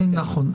נכון.